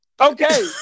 Okay